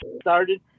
started